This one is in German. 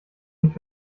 nicht